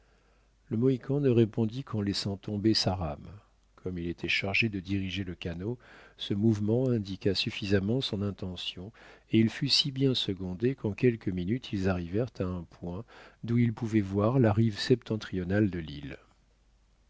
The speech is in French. le mohican ne répondit qu'en laissant tomber sa rame comme il était chargé de diriger le canot ce mouvement indiqua suffisamment son intention et il fut si bien secondé qu'en quelques minutes ils arrivèrent à un point d'où ils pouvaient voir la rive septentrionale de l'île